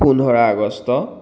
পোন্ধৰ আগষ্ট